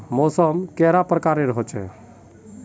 मौसम कैडा प्रकारेर होचे?